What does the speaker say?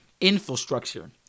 infrastructure